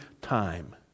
time